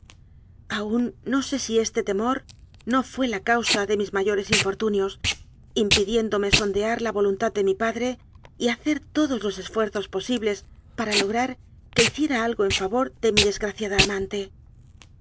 aún no sé si este temor no fué la causa de mis mayo res infortunios impidiéndome sondear la voluntad de mi padre y hacer todos los esfuerzos posibles para lograr que hiciera algo en favor de mi des graciada amante